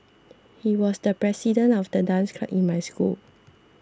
he was the president of the dance club in my school